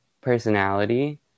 personality